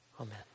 Amen